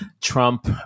Trump